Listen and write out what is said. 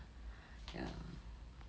ya